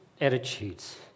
attitudes